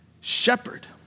Shepherd